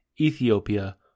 Ethiopia